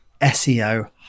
SEO